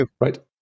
right